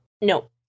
No